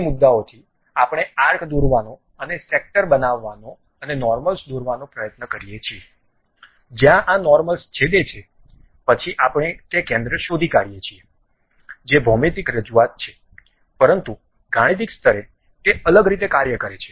તે મુદ્દાઓથી આપણે આર્ક દોરવાનો અને સેક્ટર બનાવવાનો અને નોર્મલ્સ દોરવાનો પ્રયત્ન કરીએ છીએ જ્યાં આ નોર્મલ્સ છેદે છે પછી આપણે તે કેન્દ્ર શોધી કાઢીએ છીએ જે ભૌમિતિક રજૂઆત છે પરંતુ ગાણિતિક સ્તરે તે અલગ રીતે કાર્ય કરે છે